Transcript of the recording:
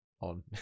on